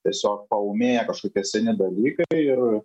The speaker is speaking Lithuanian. tiesiog paūmėja kažkokie seni dalykai ir